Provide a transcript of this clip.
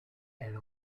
elle